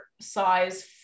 size